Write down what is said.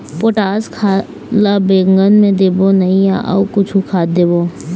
Potash खाद ला बैंगन मे देबो नई या अऊ कुछू खाद देबो?